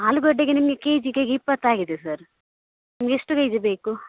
ಆಲೂಗಡ್ಡೆಗೆ ನಿಮಗೆ ಕೆಜಿಗೆ ಇಪ್ಪತ್ತಾಗಿದೆ ಸರ್ ನಿಮ್ಗೆ ಎಷ್ಟು ಕೆಜಿ ಬೇಕು